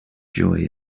joy